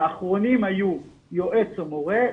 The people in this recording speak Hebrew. האחרונים היו יועץ או מורה,